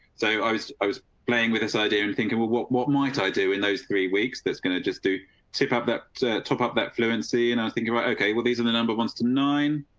so i was i was playing with this idea and thinking what? what what might i do in those three weeks? that's going to just do tip up that top up that fluency and i think about ok. well, these are the number one to nine.